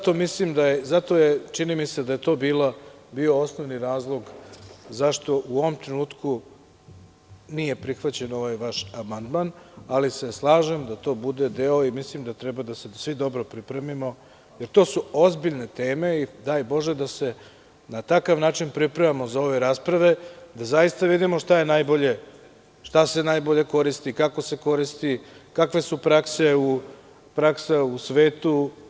To je, čini mi se, bio osnovni razlog zašto u ovom trenutku nije prihvaćen ovaj vaš amandman, ali se slažem da to bude deo i mislim da treba da se svi dobro pripremimo, jer to su ozbiljne teme i daj bože da se na takav način pripremamo za ove rasprave, da zaista vidimo šta je najbolje, šta se najbolje koristi, kako se koristi, kakve su prakse u svetu.